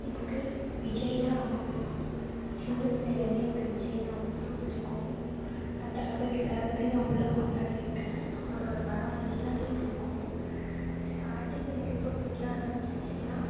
எனக்கு விஜய்ன்னா ரொம்ப பிடிக்கும் சின்ன பிள்ளைலேந்தே எனக்கு விஜய்ன்னா அவ்வளோ பிடிக்கும் நான் தளபதி தளபதின்னு அவ்வளோ கொண்டாடிருக்கேன் அவரோடய படம் எல்லாம் பிடிக்கும் ஸ்டார்டிங் எனக்கு எப்போ பிடிக்க ஆரம்மிச்சிச்சின்னா